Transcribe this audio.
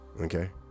okay